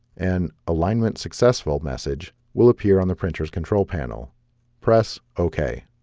and alignment successful message will appear on the printers control panel press ok